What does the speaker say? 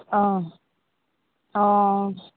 অঁ অঁ